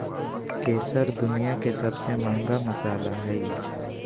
केसर दुनिया के सबसे महंगा मसाला हइ